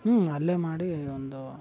ಹ್ಞೂ ಅಲ್ಲೇ ಮಾಡಿ ಒಂದು